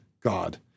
God